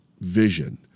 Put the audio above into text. Vision